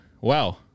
Wow